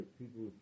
people